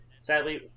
Sadly